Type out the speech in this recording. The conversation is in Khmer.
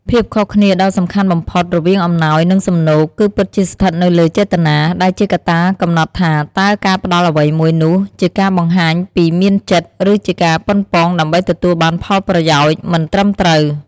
ភាពខុសគ្នាដ៏សំខាន់បំផុតរវាងអំណោយ និងសំណូក គឺពិតជាស្ថិតនៅលើចេតនា ដែលជាកត្តាកំណត់ថាតើការផ្ដល់អ្វីមួយនោះជាការបង្ហាញពីសមានចិត្ត ឬជាការប៉ុនប៉ងដើម្បីទទួលបានផលប្រយោជន៍មិនត្រឹមត្រូវ។